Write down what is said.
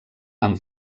amb